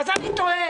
אז אני טועה.